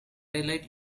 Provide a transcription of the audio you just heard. daylight